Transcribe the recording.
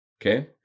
okay